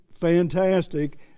fantastic